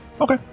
Okay